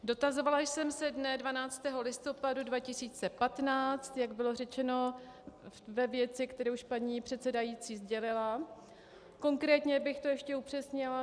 Dotazovala jsem se dne 12. listopadu 2015, jak bylo řečeno, ve věci, kterou už paní předsedající sdělila, konkrétně bych to ještě upřesnila.